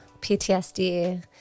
PTSD